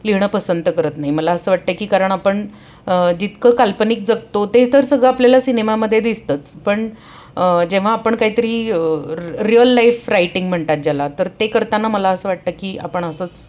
लिहिणं पसंत करत नाही मला असं वाटतं की कारण आपण जितकं काल्पनिक जगतो ते तर सगळं आपल्याला सिनेमामध्ये दिसतंच पण जेव्हा आपण काहीतरी रियल लाईफ रायटिंग म्हणतात ज्याला तर ते करताना मला असं वाटतं की आपण असंच